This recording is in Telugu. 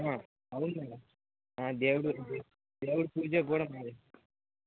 అవును మేడం దేవుడు దేవుడు పూజకు కూడా మాదే